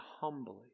humbly